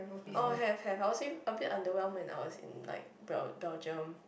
oh have have I would say a bit underwhelemed when I was in like bel~ Belgium